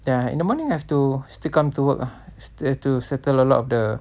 ya in the morning I have to still come to work ah still have to settle a lot of the